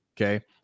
Okay